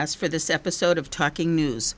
us for this episode of talking news